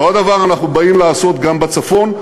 אותו הדבר אנחנו באים לעשות גם בצפון.